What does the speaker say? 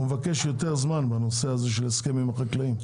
והוא מבקש יותר זמן בנושא ההסכמים החקלאיים.